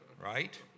Right